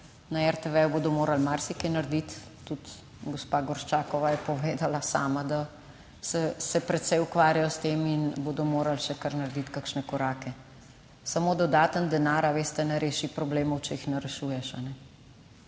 Na RTV bodo morali marsikaj narediti. Tudi gospa Gorščakova je povedala sama, da se precej ukvarjajo s tem in bodo morali še kar narediti kakšne korak. Samo dodaten denar, a veste, ne reši problemov, če jih ne rešuješ.